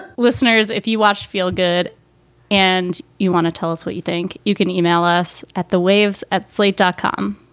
listeners. if you watched feel good and you want to tell us what you think. you can e-mail us at the waves at slate dot com.